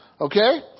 Okay